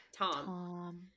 Tom